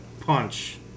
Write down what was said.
punch